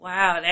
Wow